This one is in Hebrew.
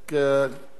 חברי הכנסת,